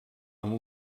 amb